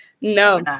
no